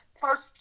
first